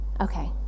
okay